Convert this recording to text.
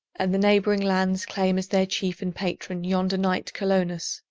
and the neighboring lands claim as their chief and patron yonder knight colonus,